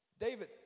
David